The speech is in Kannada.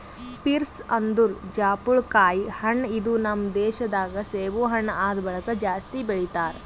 ಪೀರ್ಸ್ ಅಂದುರ್ ಜಾಪುಳಕಾಯಿ ಹಣ್ಣ ಇದು ನಮ್ ದೇಶ ದಾಗ್ ಸೇಬು ಹಣ್ಣ ಆದ್ ಬಳಕ್ ಜಾಸ್ತಿ ಬೆಳಿತಾರ್